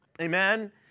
Amen